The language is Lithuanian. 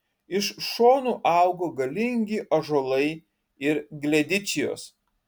iš šonų augo galingi ąžuolai ir gledičijos